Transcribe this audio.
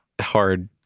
hard